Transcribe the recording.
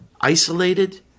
isolated